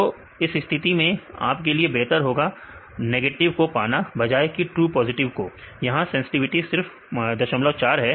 तो इस स्थिति में आपके लिए बेहतर होगा नेगेटिव को पाना बजाए कि ट्रू पॉजिटिव को यहां सेंसटिविटी सिर्फ 04 है